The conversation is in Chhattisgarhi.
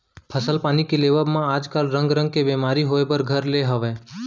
फसल पानी के लेवब म आज काल रंग रंग के बेमारी होय बर घर ले हवय